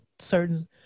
certain